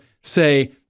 say